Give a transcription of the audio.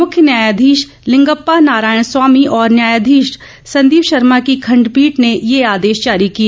मुख्य न्यायधीश लिंगप्पा नारायण स्वामी और न्यायधीश संदीप शर्मा की खंडपीठ ने ये आदेश जारी किए